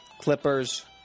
Clippers